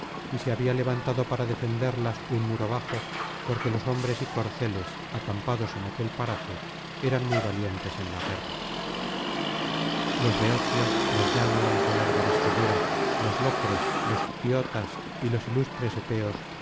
y se había levantado para defenderlas un muro bajo porque los hombres y corceles acampados en aquel paraje eran muy valientes en la guerra los beocios los yáones de larga vestidura los locros los ptiotas y los ilustres epeos